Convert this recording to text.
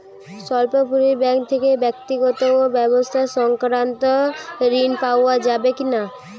স্বল্প পুঁজির ব্যাঙ্ক থেকে ব্যক্তিগত ও ব্যবসা সংক্রান্ত ঋণ পাওয়া যাবে কিনা?